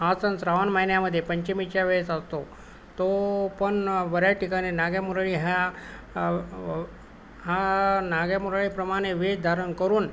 हा सण श्रावण महिन्यामध्ये पंचमीच्या वेळेस असतो तो पण बऱ्याच ठिकाणी नाग्यामुरळी हा हा नाग्यामुरळीप्रमाणे वेष धारण करून